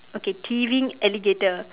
okay thieving alligator